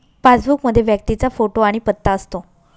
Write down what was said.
passbook मध्ये व्यक्तीचा photo आणि पत्ता असतो